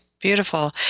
beautiful